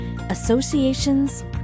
associations